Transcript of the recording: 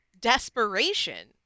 desperation